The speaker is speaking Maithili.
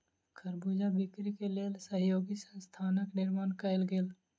खरबूजा बिक्री के लेल सहयोगी संस्थानक निर्माण कयल गेल